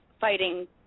fighting